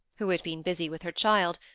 who had been busy with her child,